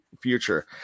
future